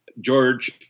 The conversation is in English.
George